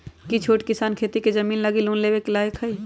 कि छोट किसान खेती के जमीन लागी लोन लेवे के लायक हई?